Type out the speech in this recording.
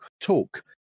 talk